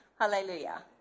Hallelujah